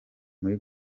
muri